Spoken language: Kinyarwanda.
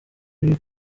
ibi